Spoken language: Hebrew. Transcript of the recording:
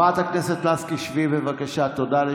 בבקשה לשבת.